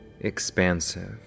expansive